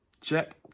Check